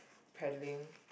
paddling